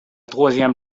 troisième